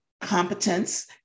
competence